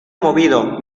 movido